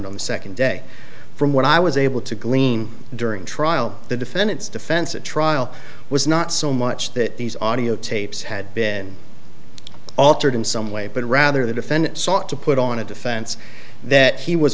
the second day from what i was able to glean during trial the defendant's defense at trial was not so much that these audiotapes had been altered in some way but rather the defendant sought to put on a defense that he was